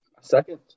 Second